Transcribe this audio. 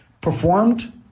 performed